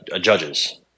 judges